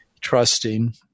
trusting